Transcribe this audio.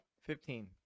Fifteen